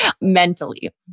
mentally